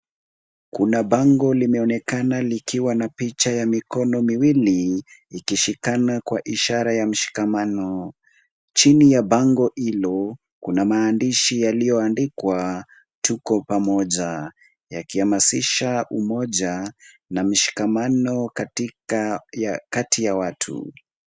Kuna bango limeonekana likiwa na picha ya mikono miwili, ikishikana kwa ishara ya mshikamano, chini ya bango hilo kuna maandishi yaliyoandikwa, tuko pamoja, yakihamasisha umoja na mshikamano kati ya watu.